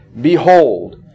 Behold